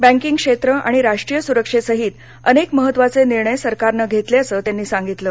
banking क्षेत्र आणि राष्ट्रीय सुरक्षेसहित अनेक महत्वाचे निर्णय सरकारनं घेतल्याचं त्यांनी सांगितलं